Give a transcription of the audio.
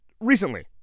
recently